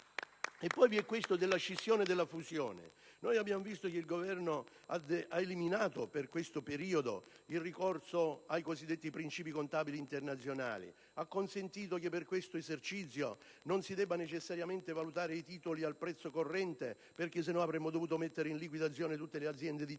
è poi la questione della scissione e della fusione. Il Governo ha eliminato, per questo periodo, il ricorso ai principi contabili internazionali; ha consentito che per questo esercizio non si debba necessariamente valutare i titoli al prezzo corrente, altrimenti avremmo dovuto mettere in liquidazione tutte le aziende d'Italia.